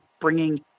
bringing